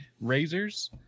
razors